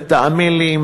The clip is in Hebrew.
ותאמין לי,